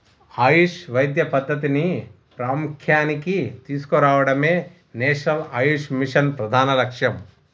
ఆయుష్ వైద్య పద్ధతిని ప్రాముఖ్య్యానికి తీసుకురావడమే నేషనల్ ఆయుష్ మిషన్ ప్రధాన లక్ష్యం